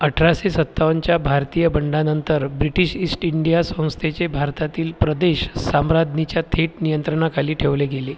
अठराशे सत्तावन्नच्या भारतीय बंडानंतर ब्रिटीश ईस्ट इंडिया संस्थेचे भारतातील प्रदेश साम्राज्ञीच्या थेट नियंत्रणाखाली ठेवले गेले